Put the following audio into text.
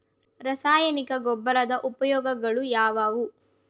ರಾಸಾಯನಿಕ ಗೊಬ್ಬರದ ಉಪಯೋಗಗಳು ಯಾವುವು?